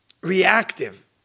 reactive